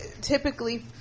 typically